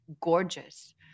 gorgeous